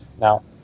Now